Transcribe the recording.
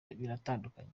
biratandukanye